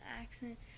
accent